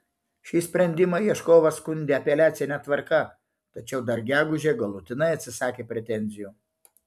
šį sprendimą ieškovas skundė apeliacine tvarka tačiau dar gegužę galutinai atsisakė pretenzijų